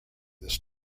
this